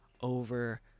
over